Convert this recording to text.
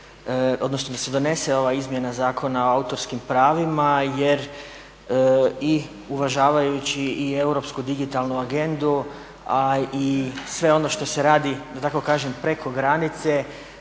odnosno da se donese ova Izmjena zakona o autorskim pravima jer i uvažavajući i europsku digitalnu agendu a i sve ono što se radi da tako kažem